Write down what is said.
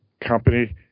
Company